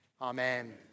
amen